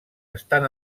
estan